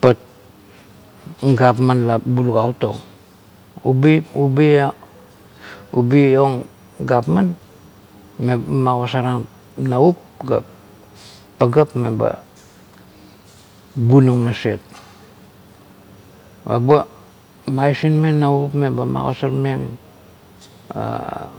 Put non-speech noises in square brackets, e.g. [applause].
Pat gapan a bulugautong. Ubi [hesitation] ang gapman eba magosarang navup ga pagap meba nunang maset. Eba maisinmeng navup meba magosarmeng "ha"